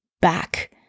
back